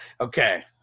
Okay